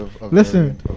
listen